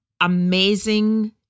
amazing